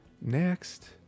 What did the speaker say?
Next